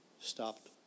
Stopped